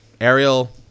Ariel